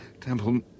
Temple